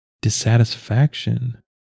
dissatisfaction